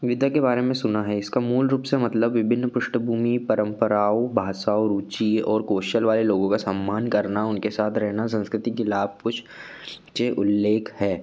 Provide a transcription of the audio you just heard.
के बारे में सुना है इसका मूल रूप से मतलब विभिन्न पृष्टभूमि परंपराओं भाषाओं रुची और कौशल वाले लोगों का सम्मान करना उनके साथ रहना संस्कृति के लाभ कुछ के उल्लेख हैं